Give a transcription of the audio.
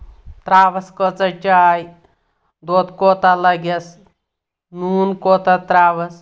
ترٛاوَس کۭژاہ چاے دۄد کوٗتاہ لگؠس نوٗن کوٗتاہ ترٛاوَس